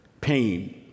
pain